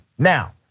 Now